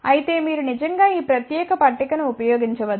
అయితే మీరు నిజంగా ఈ ప్రత్యేక పట్టికను ఉపయోగించవచ్చు